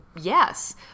Yes